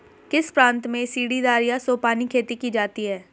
किस प्रांत में सीढ़ीदार या सोपानी खेती की जाती है?